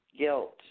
guilt